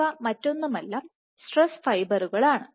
ഇവ മറ്റൊന്നുമല്ല സ്ട്രെസ് ഫൈബറുകൾ ആണ്